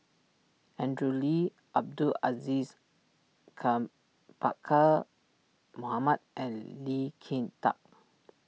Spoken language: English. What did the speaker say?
Andrew Lee Abdul Aziz come Pakkeer Mohamed and Lee Kin Tat